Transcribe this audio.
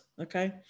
Okay